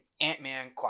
Ant-Man